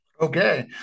Okay